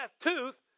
tooth